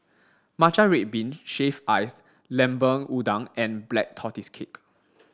matcha red bean shaved ice lemper udang and black tortoise cake